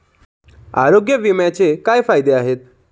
आरोग्य विम्याचे काय फायदे आहेत?